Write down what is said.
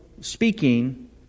speaking